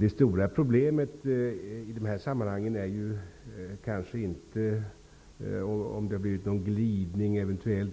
Det stora problemet i dessa sammanhang är kanske inte om det eventuellt blivit en glidning